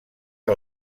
que